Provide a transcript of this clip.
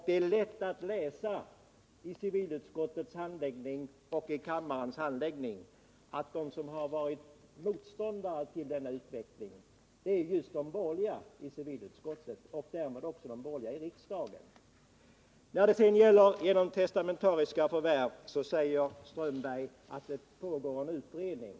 Det är lätt att läsa om civilutskottets och kammarens handläggning. Då finner man att det är just de borgerliga i civilutskottet, och därmed de borgerliga i hela riksdagen, som har varit motståndare till denna utveckling. Beträffande testamentariska förvärv säger herr Strömberg att det pågår en utredning.